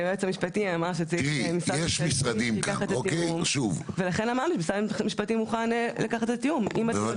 היועץ המשפטי אמר שצריך משרד ממשלתי שייקח את התיאום ולכן,